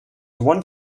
one